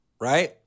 right